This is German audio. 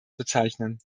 bezeichnen